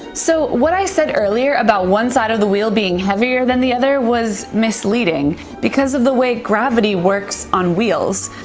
so what i said earlier about one side of the wheel being heavier than the other was misleading because of the way gravity works on wheels.